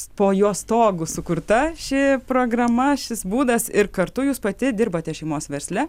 po jo stogu sukurta ši programa šis būdas ir kartu jūs pati dirbate šeimos versle